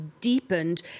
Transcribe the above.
deepened